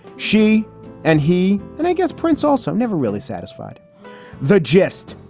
she and he and i guess prince also never really satisfied the gist.